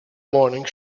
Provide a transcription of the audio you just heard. morning